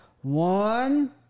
one